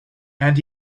and